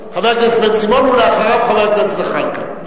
אחריו, חבר הכנסת זחאלקה.